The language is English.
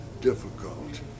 difficult